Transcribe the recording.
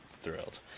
thrilled